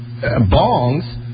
bongs